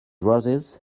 roses